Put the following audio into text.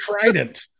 Trident